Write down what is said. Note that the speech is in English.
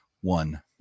one